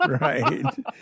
right